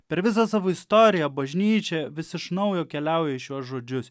per visą savo istoriją bažnyčia vis iš naujo keliauja į šiuos žodžius